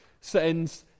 sends